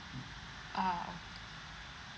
ah oh